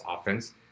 offense